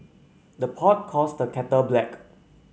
the pot calls the kettle black